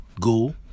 go